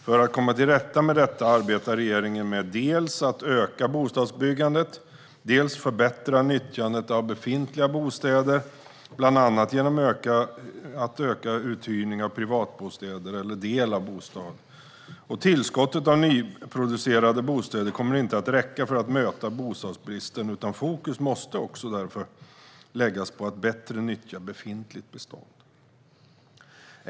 För att komma till rätta med detta arbetar regeringen med att dels öka bostadsbyggandet, dels förbättra nyttjandet av befintliga bostäder bland annat genom att öka uthyrning av privatbostad eller del av bostad. Tillskottet av nyproducerade bostäder kommer inte att räcka för att möta bostadsbristen, utan fokus måste också läggas på att bättre nyttja befintligt bestånd.